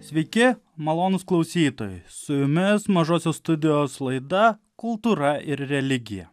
sveiki malonūs klausytojai su jumis mažosios studijos laida kultūra ir religija